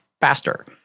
faster